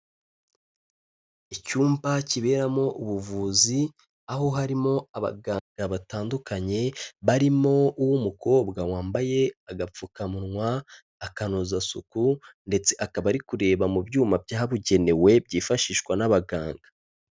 Icyumba kiberamo ubuvuzi, aho harimo abaganga batandukanye barimo uw'umukobwa wambaye agapfukamunwa, akanozasuku, ndetse akaba ari kureba mu byuma byabugenewe byifashishwa n'abaganga.